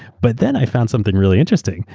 but then i found something really interesting.